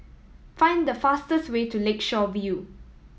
find the fastest way to Lakeshore View